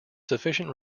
sufficient